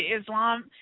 Islam